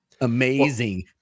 Amazing